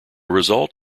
result